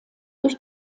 durch